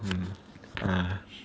mm ugh